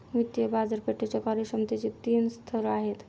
वित्तीय बाजारपेठेच्या कार्यक्षमतेचे तीन स्तर आहेत